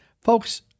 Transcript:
Folks